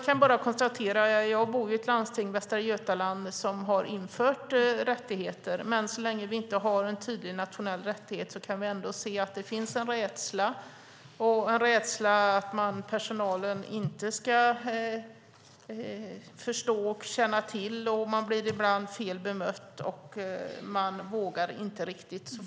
Herr talman! Jag bor ju i ett landsting, Västra Götaland, som har infört rättigheter, men så länge vi inte har en tydlig nationell rättighet kan vi ändå konstatera att det finns en rädsla för att personalen inte ska förstå och känna till. Människor blir ibland fel bemötta och de vågar inte riktigt.